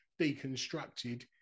deconstructed